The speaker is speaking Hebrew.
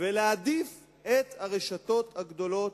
ולהעדיף את הרשתות הגדולות,